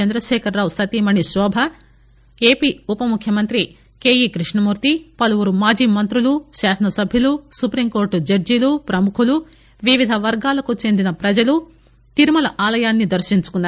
చంద్రశేఖర్ రావు సతీమణి శోభ ఏపి ఉప ముఖ్యమంత్రి కెఈ కృష్ణమూర్తి పలువురు మాజీ మంత్రులు శాసనసభ్యులు సుప్రీంకోర్టు జడ్జీలు ప్రముఖులు వివిధ వర్గాలకు చెందిన ప్రజలు తిరుమల ఆలయాన్పి దర్పించుకున్నారు